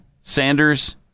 Sanders